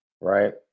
right